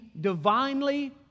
divinely